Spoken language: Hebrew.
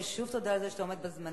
ושוב תודה על זה שאתה עומד בזמנים.